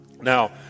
Now